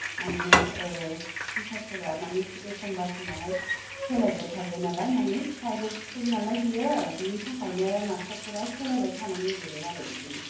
मानि टिचार्सफोरा मानि एखमबा समावहाय सोलायबाय थायो नालाय मानि प्राइभेट स्कुल नालाय बियो बिनि थाखायनो मास्टारफोरा सोलायबाय थानो नागेरो आरो बिदि